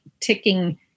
ticking